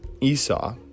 Esau